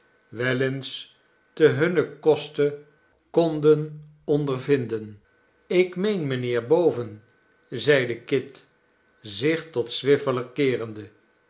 wel eens ten hunnen koste konden ondervinden ik meen mijnheer boven zeide kit zich tot swiveller keerende